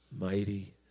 mighty